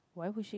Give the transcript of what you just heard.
why would she